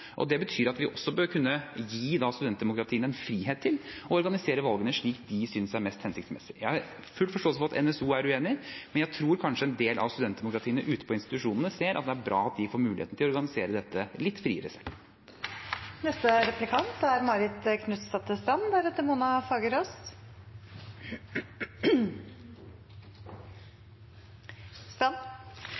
Det betyr også at vi bør kunne gi studentdemokratiene en frihet til å organisere valgene slik de synes det er mest hensiktsmessig. Jeg har full forståelse for at NSO er uenig, men jeg tror kanskje en del av studentdemokratiene ute på institusjonene ser at det er bra at de får muligheten til å organisere litt friere selv. Til det siste først: Jeg opplever at det nettopp er